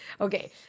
Okay